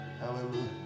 Hallelujah